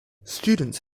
students